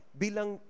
bilang